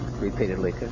repeatedly